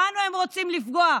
בנו הם רוצים לפגוע.